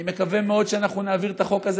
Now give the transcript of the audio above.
אני מקווה מאוד שאנחנו נעביר את החוק הזה